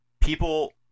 People